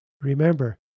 Remember